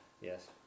Yes